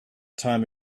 time